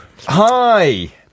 hi